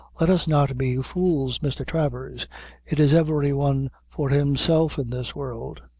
let us not be fools, mr. travers it is every one for himself in this world.